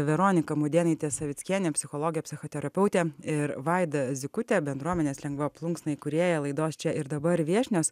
veronika mudėnaitė savickienė psichologė psichoterapeutė ir vaida zykutė bendruomenės lengva plunksna įkūrėja laidos čia ir dabar viešnios